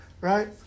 right